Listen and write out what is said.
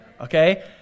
okay